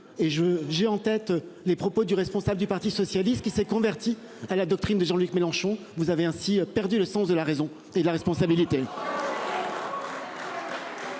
je, j'ai en tête les propos du responsable du parti socialiste qui s'est converti à la doctrine de Jean-Luc Mélenchon vous avez ainsi perdu le sens de la raison et la responsabilité.